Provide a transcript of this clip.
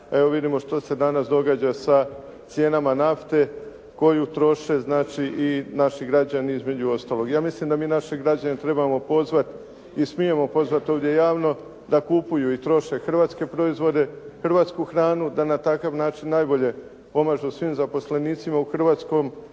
Evo, vidimo što se danas događa sa cijenama nafte koju troše znači i naši građani između ostalog. Ja mislim da mi naše građane trebamo pozvati i smijemo pozvati ovdje javno da kupuju i troše hrvatske proizvode, hrvatsku hranu, da na takav način najbolje pomažu svim zaposlenicima u Hrvatskoj